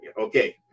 okay